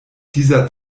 dieser